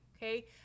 Okay